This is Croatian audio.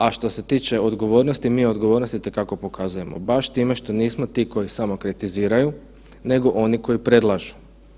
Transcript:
A što se tiče odgovornosti mi odgovornost i te kako pokazujemo baš time što nismo ti koji samo kritiziraju nego oni koji predlažu.